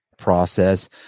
Process